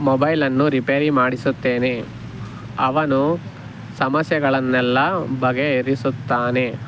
ಮೊಬೈಲನ್ನು ರಿಪೇರಿ ಮಾಡಿಸುತ್ತೇನೆ ಅವನು ಸಮಸ್ಯೆಗಳನ್ನೆಲ್ಲ ಬಗೆಹರಿಸುತ್ತಾನೆ